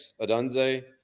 Adunze